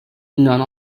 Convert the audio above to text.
none